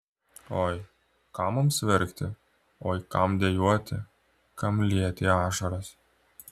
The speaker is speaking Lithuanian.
oi kam mums verkti oi kam dejuoti kam lieti ašaras